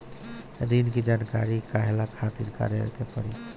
ऋण की जानकारी के कहवा खातिर का करे के पड़ी?